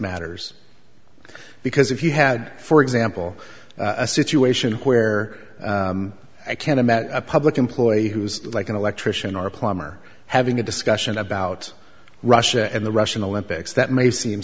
matters because if you had for example a situation where i can imagine a public employee who's like an electrician or plumber having a discussion about russia and the russian olympics that may seem